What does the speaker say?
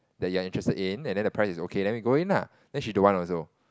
that you're interested in and then the price is okay then we go in lah then she don't want also